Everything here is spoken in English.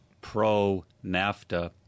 pro-NAFTA